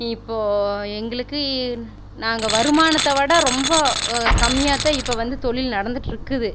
இப்போது எங்களுக்கு நாங்கள் வருமானத்தை விட ரொம்ப கம்மியாகத் தான் இப்போ வந்து தொழில் நடந்திட்ருக்குது